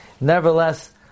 nevertheless